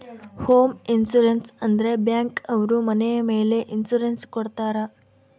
home insurance ಅಂದ್ರೆ bank ಅವ್ರು ಮನೆ ಮೇಲೆ ಇನ್ಸೂರೆನ್ಸ್ ಕೊಡ್ತಾರ